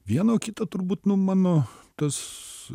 vieno kito turbūt nu mano tas